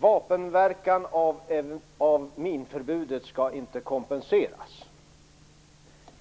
Vapenverkan av minförbudet skall inte kompenseras.